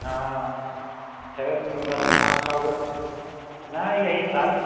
हँ छथि पाँच छओ गो ने एहि साल